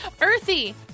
earthy